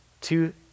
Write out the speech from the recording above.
Two